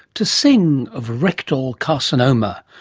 to sing of rectal carcinoma,